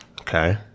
Okay